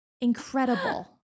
incredible